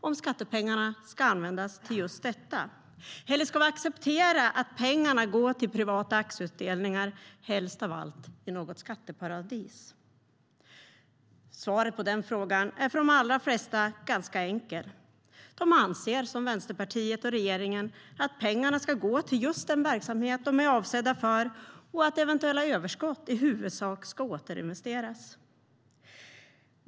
Ska skattepengarna användas till just detta, eller ska vi acceptera att pengarna går till privata aktieutdelningar - helst av allt i något skatteparadis? Svaret på den frågan är för de allra flesta ganska enkelt. De anser liksom Vänsterpartiet och regeringen att pengarna ska gå till just den verksamhet de är avsedda för och att eventuella överskott i huvudsak ska återinvesteras.